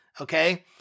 Okay